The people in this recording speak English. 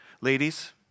Ladies